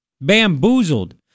Bamboozled